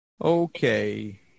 Okay